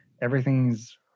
everything's